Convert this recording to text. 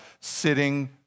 sitting